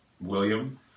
William